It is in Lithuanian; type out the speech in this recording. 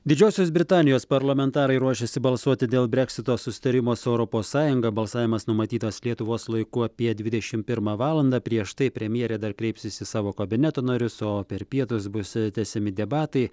didžiosios britanijos parlamentarai ruošiasi balsuoti dėl breksito susitarimo su europos sąjunga balsavimas numatytas lietuvos laiku apie dvidešim pirmą valandą prieš tai premjerė dar kreipsis į savo kabineto narius o per pietus bus tęsiami debatai